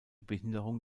behinderung